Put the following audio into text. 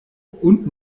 und